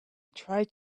tried